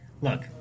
look